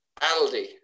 Aldi